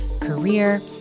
career